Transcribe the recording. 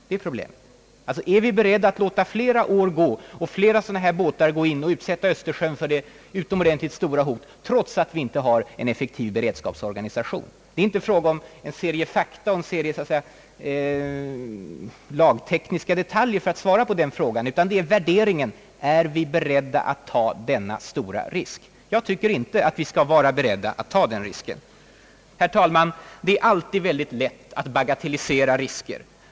Det är problemet. är vi beredda att låta fle ra år gå och låta sådana båtar gå in och utsätta Östersjön för utomordentligt stora risker, trots att vi inte har en effektiv beredskapsorganisation? Det är här inte fråga om en serie okända fakta eller en massa lagtekniska detaljer för att ge svar på den frågan. Det är fråga om värderingen: Är vi beredda att ta denna stora risk? Jag tycker inte att vi skall vara beredda att ta den risken. Herr talman! Det är alltid mycket lätt att bagatellisera risker.